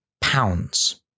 pounds